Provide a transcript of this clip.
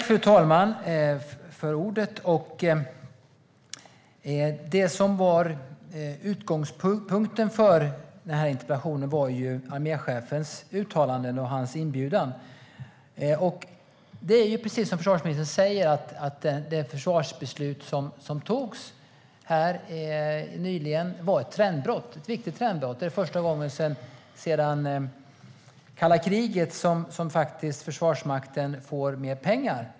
Fru talman! Utgångspunkten för interpellationen var arméchefens uttalanden och hans inbjudan. Det är precis som försvarsministern säger: Det försvarsbeslut som fattades här nyligen var ett viktigt trendbrott. Det är första gången sedan kalla kriget som Försvarsmakten får mer pengar.